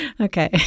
Okay